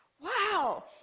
wow